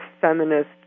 feminist